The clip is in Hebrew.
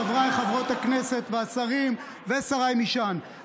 חבריי חברות הכנסת והשרים ושריי משען,